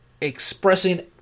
expressing